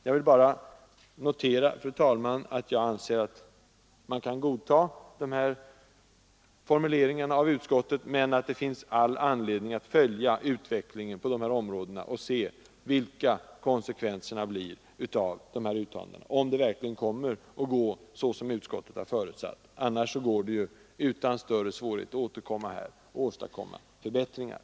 Jag anser, fru talman, att man kan godta de här formuleringarna i utskottsbetänkandet, men att det finns all anledning att följa utvecklingen på dessa områden och se vilka konsekvenserna blir av uttalandena, om det verkligen kommer att gå så som utskottet har förutsatt. Annars bör det inte vara någon större svårighet att återkomma och göra förbättringar.